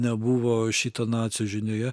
nebuvo šito nacių žinioje